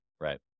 Right